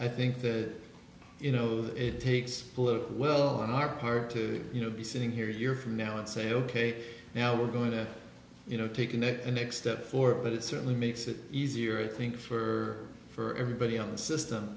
i think that you know it takes a little well on our part to you know be sitting here a year from now and say ok now we're going to you know taking that next step forward it certainly makes it easier think for for everybody on the system